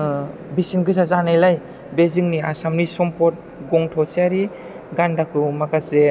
ओह बिसों गोजा जानायलाय जोंनि आसामनि सम्फद गं थसेयारि गान्दाखौ माखासे